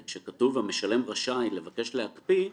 וכשכתוב: "המשלם רשאי לבקש להקפיא",